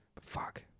Fuck